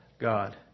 God